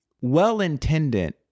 well-intended